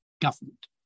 government